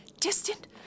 distant